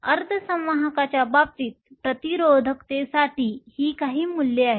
अर्धसंवाहकांच्या बाबतीत प्रतिरोधकतेसाठी ही काही मूल्ये आहेत